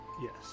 Yes